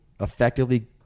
effectively